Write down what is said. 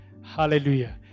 hallelujah